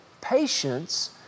patience